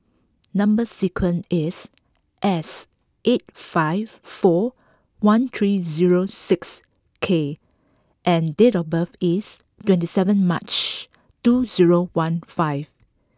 number sequence is S eight five four one three zero six K and date of birth is twenty seven March two zero one five